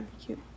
cute